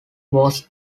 was